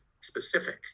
specific